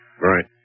Right